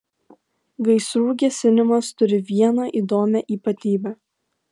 gaisrų gesinimas turi vieną įdomią ypatybę